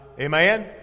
amen